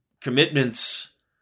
commitments